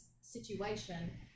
situation